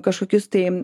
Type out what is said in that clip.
kažkokius tai